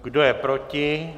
Kdo je proti?